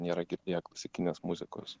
nėra girdėję klasikinės muzikos